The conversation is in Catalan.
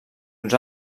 uns